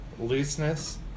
looseness